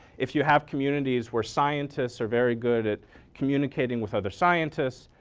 if you have communities where scientists are very good at communicating with other scientists,